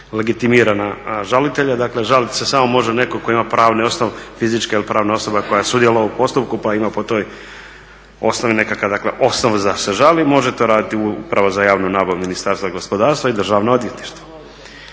legitimirana žalitelja. Dakle, žaliti se samo može neko ko ima pravni osnov, fizička ili pravna osoba koja je sudjelovala u postupku pa ima po toj osnovi nekakve osnove da se žali, može to raditi upravo za javnu nabavu Ministarstva gospodarstva i državno odvjetništvo.